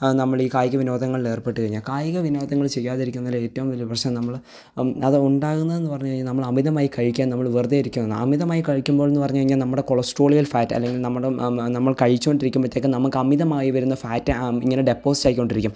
ആ നമ്മൾ ഈ കായിക വിനോദങ്ങളിലേര്പ്പെട്ട് കഴിഞ്ഞാൽ കായിക വിനോദങ്ങള് ചെയ്യാതിരിക്കുന്നതിലെ ഏറ്റവും വലിയ പ്രശ്നം നമ്മള് ഇപ്പം അത് ഉണ്ടാകുന്നതെന്ന് പറഞ്ഞ് കഴിഞ്ഞ നമ്മള് അമിതമായി കഴിക്കുക നമ്മള് വെറുതെ ഇരിക്കുകയാണ് അമിതമായി കഴിക്കുമ്പോള് എന്ന് പറഞ്ഞ് കഴിഞ്ഞാൽ നമ്മുടെ കൊളസ്ട്രോളിയല് ഫാറ്റ് അല്ലെങ്കില് നമ്മുടെ മ മ നമ്മള് കഴിച്ച് കൊണ്ട് ഇരിക്കുമ്പത്തേയ്ക്ക് നമുക്ക് അമിതമായി വരുന്ന ഫാറ്റ് ആ ഇങ്ങനെ ഡെപ്പോസിറ്റായിക്കൊണ്ടിരിക്കും